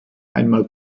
einmal